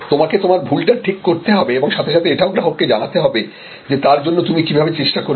তোমাকে তোমার ভুলটা ঠিক করতে হবে এবং সাথে সাথে এটাও গ্রাহককে জানাতে হবে যে তার জন্য তুমি কিভাবে চেষ্টা করেছ